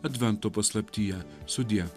advento paslaptyje sudie